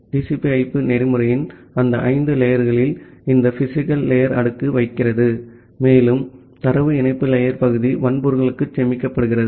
TCP IP புரோட்டோகால்யின் அந்த ஐந்து லேயர்களில் இந்த physical layer அடுக்கி வைக்கிறது மேலும் தரவு இணைப்பு லேயர் பகுதி வன்பொருளுக்குள் சேமிக்கப்படுகிறது